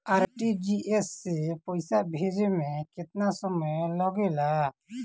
RTGS से पैसा भेजे में केतना समय लगे ला?